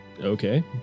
Okay